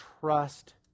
trust